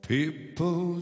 People